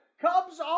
Cubs